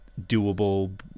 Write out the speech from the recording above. doable